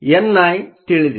N ಐ ತಿಳಿದಿದೆ